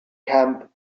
camp